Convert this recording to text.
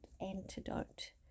antidote